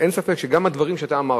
אין ספק שגם הדברים שאתה אמרת,